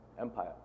Empire